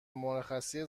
مرخصی